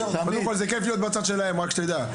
קודם כל זה כיף להיות בצד שלהם רק שתדע,